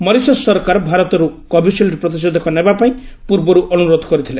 Mauritius ସରକାର ଭାରତରୁ Covishield ପ୍ରତିଷେଧକ ନେବାପାଇଁ ପୂର୍ବରୁ ଅନୁରୋଧ କରିଥିଲେ